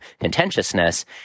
contentiousness